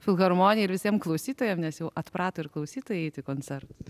filharmonijai ir visiem klausytojam nes jau atprato ir klausytojai eit į koncertus